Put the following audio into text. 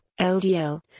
LDL